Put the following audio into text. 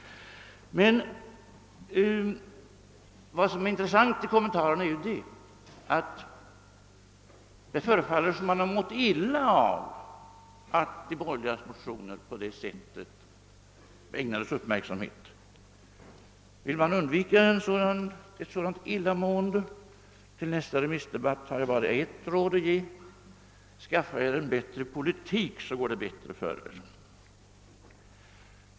Vad som är intressant i kommentarerna är att det förefaller som om man har mått illa av att de borgerligas motioner har ägnats så stor uppmärksamhet. Vill man undvika ett sådant illamående till nästa remissdebatt har jag bara ett råd att ge: Skaffa er en bättre politik, så går det bättre för er!